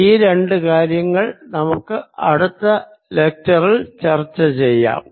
ഈ രണ്ടു കാര്യങ്ങൾ നമുക്ക് അടുത്ത ലെക്ച്ചറിൽ ചർച്ച ചെയ്യാം